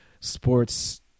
sports